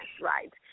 right